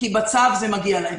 כי בצו זה מגיע להם.